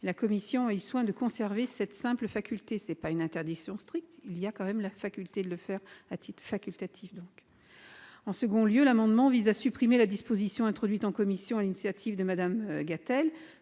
la commission a eu soin de conserver cette simple faculté. Ce n'est pas une interdiction stricte, il subsiste la faculté de le faire. En second lieu, les amendements visent à supprimer la disposition introduite en commission sur l'initiative de Mme Gatel,